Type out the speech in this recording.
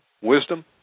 wisdom